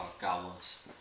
goblins